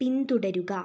പിന്തുടരുക